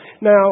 Now